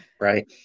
right